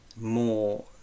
more